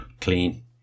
clean